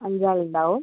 അഞ്ചാൾ ഉണ്ടാകും